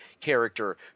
character